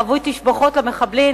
הרווי תשבחות למחבלים,